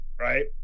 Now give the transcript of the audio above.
right